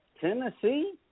Tennessee